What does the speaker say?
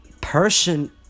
person